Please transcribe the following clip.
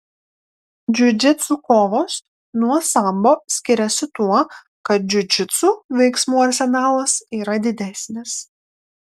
džiudžitsu kovos nuo sambo skiriasi tuo kad džiudžitsu veiksmų arsenalas yra didesnis